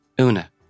Una